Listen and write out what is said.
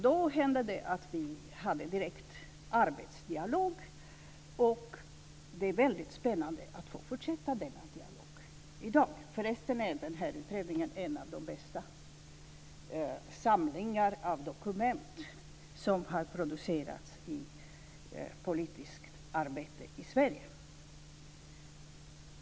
Då hände det att vi hade en direkt arbetsdialog. Det är väldigt spännande att få fortsätta denna dialog i dag. Förresten är den här utredningen en av de bästa samlingar av dokument som har producerats i politiskt arbete i Sverige.